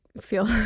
feel